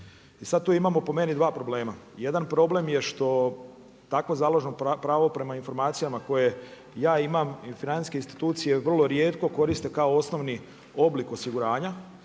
Sad tu imamo po meni 2 problema. Jedan problem je što takvo založno pravo, prema informacijama koje ja imam i financijske institucije, vrlo rijetko koriste kao osnovni oblik osiguranja,